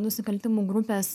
nusikaltimų grupės